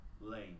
Lane